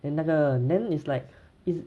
then 那个 then is like is